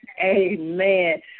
Amen